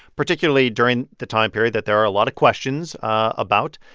particularly during the time period that there are a lot of questions about.